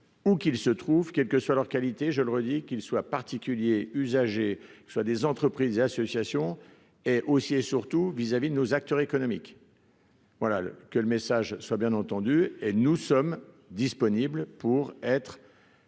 où qu'il se trouve quelque que soit leur qualité, je leur ai dit qu'il soit particulier usagers soit des entreprises et associations et aussi et surtout vis-à-vis de nos acteurs économiques. Voilà que le message soit bien entendu et nous sommes disponibles pour être